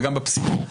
וגם בפסיקה.